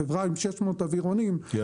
חברה עם 600 אווירונים -- כן,